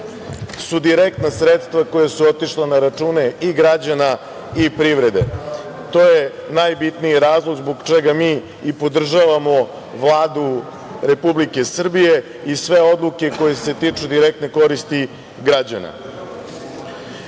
su direktna sredstva koja su otišla na račune i građana i privrede. To je najbitniji razlog zbog čega mi i podržavamo Vladu Republike Srbije i sve odluke koje se tiču direktne koristi građana. Danas